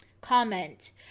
comment